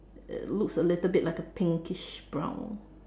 uh looks a little bit like a pinkish brown